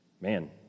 Man